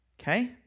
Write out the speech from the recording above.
Okay